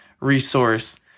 resource